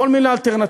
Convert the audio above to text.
בכל מיני אלטרנטיבות,